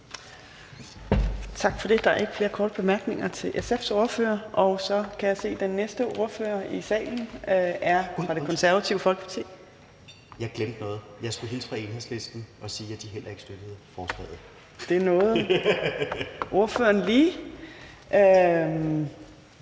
Tak for det. Der er ikke flere korte bemærkninger til SF's ordfører. Og så kan jeg se, at den næste ordfører i salen er fra Det Konservative Folkeparti ... Kl. 17:47 Rasmus Nordqvist (SF): Undskyld, jeg glemte noget. Jeg skulle hilse fra Enhedslisten og sige, at de heller ikke støtter forslaget. Kl. 17:47 Fjerde